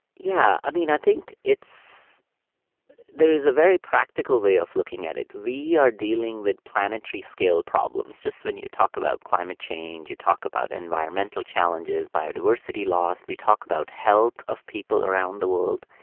yeah. i mean, i think it's there is a very practical way of looking at it. we are dealing with planetary scale problems. just when you talk about climate change, you talk about environmental challenges, biodiversity loss. we talk about health of people around the world.